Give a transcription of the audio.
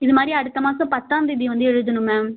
இந்த மாதிரி அடுத்த மாதம் பத்தாம் தேதி வந்து எழுதணும் மேம்